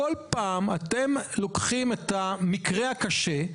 בכל פעם אתם לוקחים מקרה קשה,